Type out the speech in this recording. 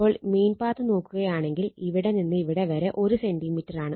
അപ്പോൾ mean path നോക്കുകയാണെങ്കിൽ ഇവിടെ നിന്ന് ഇവിടെ വരെ 1 സെന്റിമീറ്ററാണ്